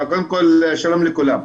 סליחה, קודם כל שלום לכולם,